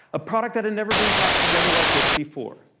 a product that had never been brought together like this before.